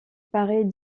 paraît